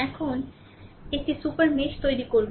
এখন একটি super mesh তৈরি করবে